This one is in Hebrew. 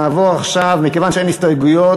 נעבור עכשיו, מכיוון שאין הסתייגויות,